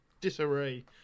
disarray